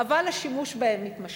אבל השימוש בהם מתמשך,